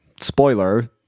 spoiler